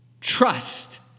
trust